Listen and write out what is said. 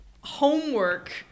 homework